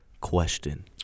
question